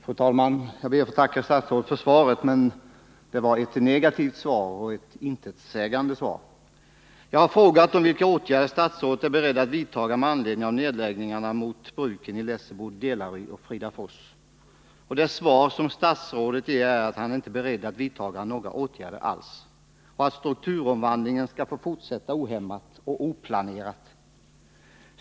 Fru talman! Jag ber att få tacka statsrådet för svaret — men det var ett negativt och intetsägande svar. Jag har frågat om vilka åtgärder statsrådet är beredd att vidtaga med anledning av nedläggningshoten mot bruken i Lessebo, Delary och Fridafors. Det svar statsrådet ger är att han inte är beredd att vidtaga några åtgärder alls och att strukturomvandlingen skall fortsätta ohämmat och oplanerat.